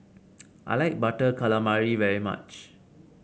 I like Butter Calamari very much